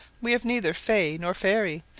we have neither fay nor fairy,